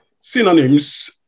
Synonyms